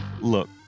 Look